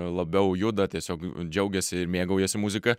labiau juda tiesiog džiaugiasi ir mėgaujasi muzika